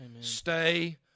Stay